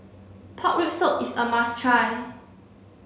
pork rib soup is a must try